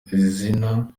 izina